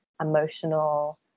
emotional